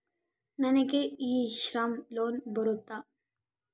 ನನಗೆ e Shram loan ಬರುತ್ತಾ?